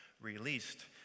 released